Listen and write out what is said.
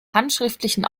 handschriftlichen